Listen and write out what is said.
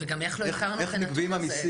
וגם איך לא הכרנו את הנתון הזה.